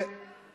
זה לא נכון.